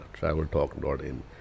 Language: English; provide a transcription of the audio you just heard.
Traveltalk.in